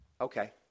Okay